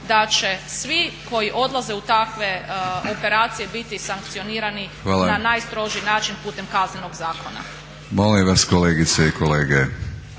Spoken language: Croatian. da će svi koji odlaze u takve operacije biti sankcionirani na najstroži način putem Kaznenog zakona.